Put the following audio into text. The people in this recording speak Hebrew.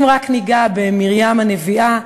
אם רק ניגע במרים הנביאה,